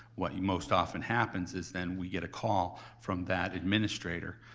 what most often happens is then we get a call from that administrator,